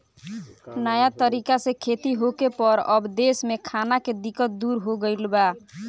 नया तरीका से खेती होखे पर अब देश में खाना के दिक्कत दूर हो गईल बा